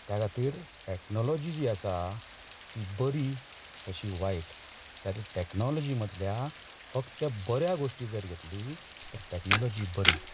त्या खातीर टॅक्नोलॉजी जी आसा ती बरी तशीं वायट त्या खातीर टॅक्नोलॉजी मदल्या फक्त बऱ्या गोश्टी जर घेतली तर टॅक्नोलॉजी बरीं